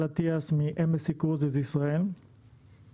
מהנמל האחרון.